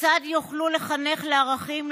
כיצד יוכלו לחנך לערכים,